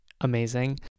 Amazing